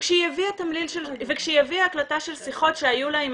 כשהיא הביאה הקלטה של שיחות שהיו לה עם